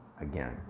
again